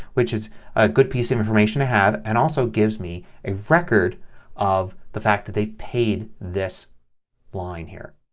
which is a good piece of information to have and it also gives me a record of the fact that they paid this line here.